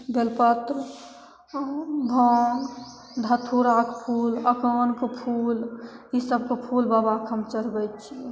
बेलपत्र आओर भाँग धथूराके फूल आनिके फूल ई सबके फूल बाबाके हम चढ़बै छिए